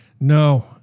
No